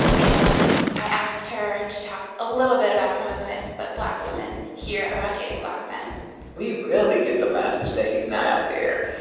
um and i asked her to talk a little bit about some of the myths that black women hear about dating black men we really get the message that he's not out there.